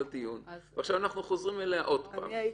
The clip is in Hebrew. את הדיון ועכשיו אנחנו חוזרים אליה עוד פעם.